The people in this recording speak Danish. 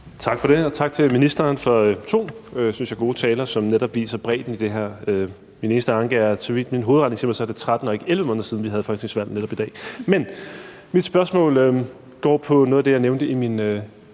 Tak for det. Og tak til ministeren for to, synes jeg, gode taler, som netop viser bredden i det her. Min eneste anke er, at så vidt min hovedregning siger mig, er det netop i dag 13 og ikke 11 måneder siden, vi havde folketingsvalg. Men mit spørgsmål går på noget af det, jeg nævnte i min